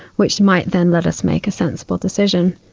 which might then let us make a sensible decision.